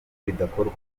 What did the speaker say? bidakorwa